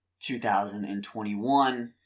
2021